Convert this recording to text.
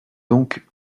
donc